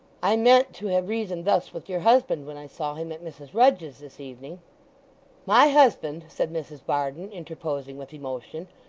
i meant to have reasoned thus with your husband when i saw him at mrs rudge's this evening my husband said mrs varden, interposing with emotion,